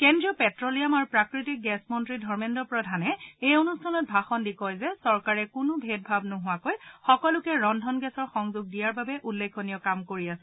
কেন্দ্ৰীয় প্টে'লিয়াম আৰু প্ৰাকৃতিক গেছ মন্ত্ৰী ধৰ্মেদ্ৰ প্ৰধানে এই অনুষ্ঠানত ভাষণ দি কয় যে চৰকাৰে কোনো ভেদভাৱ নোহোৱাকৈ সকলোকে ৰন্ধন গেছৰ সংযোগ দিয়াৰ বাবে উল্লেখনীয় কাম কৰি আছে